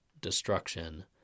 destruction